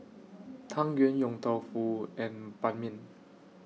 Tang Yuen Yong Tau Foo and Ban Mian